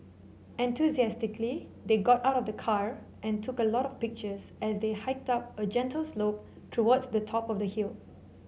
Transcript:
enthusiastically they got out of the car and took a lot of pictures as they hiked up a gentle slope towards the top of the hill